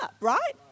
right